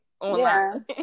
online